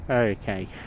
Okay